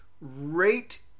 rate